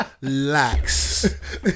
Relax